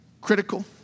critical